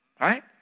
right